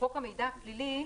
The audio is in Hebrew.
חוק המידע הפלילי,